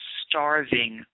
starving